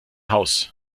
haus